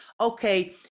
okay